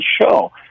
show